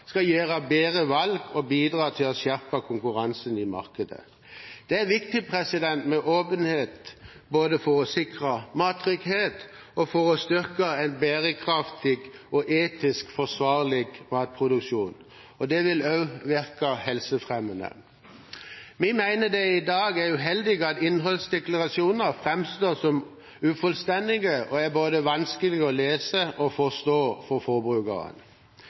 skal gjøre bedre valg, og den skal bidra til å skjerpe konkurransen i markedet. Det er viktig med åpenhet, både for å sikre mattrygghet og for å styrke en bærekraftig og etisk forsvarlig matproduksjon. Det vil også virke helsefremmende. Vi mener at det er uheldig at innholdsdeklarasjoner i dag framstår som ufullstendige, og at de er vanskelige både å lese og å forstå for forbrukeren.